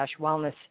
Wellness